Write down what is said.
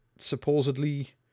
supposedly